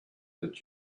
that